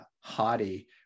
haughty